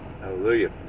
hallelujah